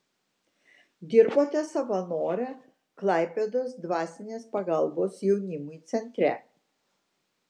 dirbote savanore klaipėdos dvasinės pagalbos jaunimui centre